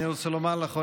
אני רוצה לומר לך,